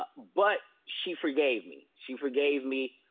ah but she forgave me, she forgave me,